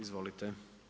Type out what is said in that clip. Izvolite.